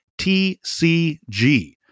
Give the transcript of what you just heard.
tcg